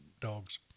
dogs